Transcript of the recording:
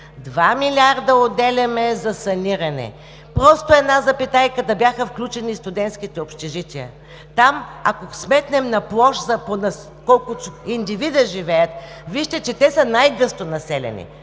Два милиарда отделяме за саниране, просто една запетайка, да бяха включени студентските общежития. Там, ако сметнем на площ колко индивида живеят, вижте, че те са най-гъсто населени.